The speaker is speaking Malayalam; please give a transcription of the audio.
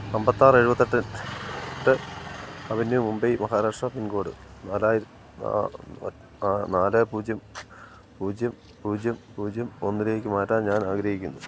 അമ്പത്തിയാറ് എഴുപത്തിയെട്ട് അവന്യൂ മുംബൈ മഹാരാഷ്ട്ര പിൻകോഡ് നാല് പൂജ്യം പൂജ്യം പൂജ്യം പൂജ്യം ഒന്നിലേക്ക് മാറ്റാൻ ഞാനാഗ്രഹിക്കുന്നു